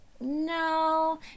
No